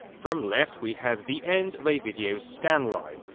from left we have the end of a video scan line.